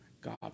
God